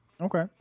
Okay